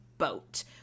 boat